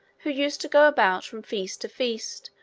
who used to go about from feast to feast,